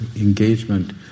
engagement